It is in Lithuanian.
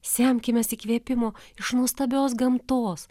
semkimės įkvėpimo iš nuostabios gamtos